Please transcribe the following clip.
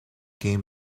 game